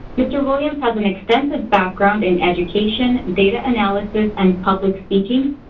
mr. williams has an extensive background in education, data analysis and public speaking.